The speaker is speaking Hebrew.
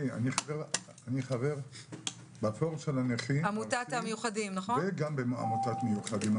אני חבר בפורום של הנכים וגם בעמותת מיוחדים.